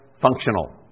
functional